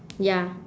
ya